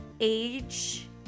age